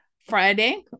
Friday